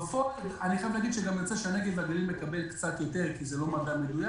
בפועל אני חייב להגיד שהנגב והגליל מקבלים קצת יותר כי זה לא מדע מדויק